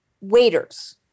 waiters